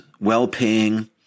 well-paying